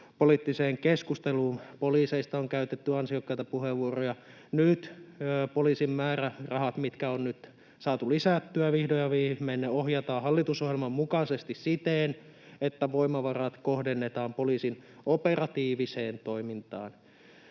maahanmuuttopoliittiseen keskusteluun. Poliiseista on käytetty ansiokkaita puheenvuoroja. Nyt poliisin määrärahat, mitkä on nyt saatu lisättyä vihdoin ja viimein, ohjataan hallitusohjelman mukaisesti siten, että voimavarat kohdennetaan poliisin operatiiviseen toimintaan.